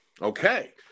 Okay